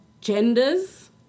genders